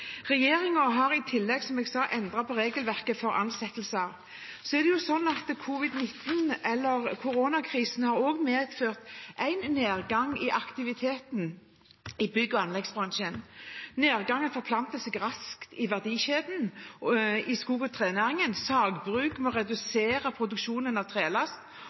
har i tillegg, som jeg sa, endret regelverket for ansettelser. Covid-19-situasjonen, koronakrisen, har også medført en nedgang i aktiviteten i bygg- og anleggsbransjen. Nedgangen forplanter seg raskt i verdikjedene i skog- og trenæringen. Sagbruk må redusere produksjonen av trelast